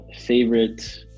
favorite